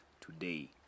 today